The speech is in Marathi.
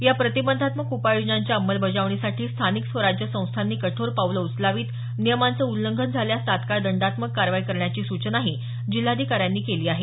या प्रतिबंधात्मक उपाययोजनांच्या अंमलबजावणीसाठी स्थानिक स्वराज्य संस्थांनी कठोर पावले उचलावीत नियमांचे उल्लंघन झाल्यास तत्काळ दंडात्मक कारवाई करण्याची सूचनाही जिल्हाधिकाऱ्यांनी केली आहे